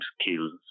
skills